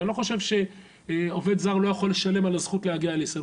כי אני לא חושב שעובד זר לא יכול לשלם על הזכות להגיע לישראל.